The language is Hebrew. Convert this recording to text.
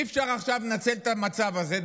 אי-אפשר עכשיו לנצל את המצב הזה,